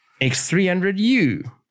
x300u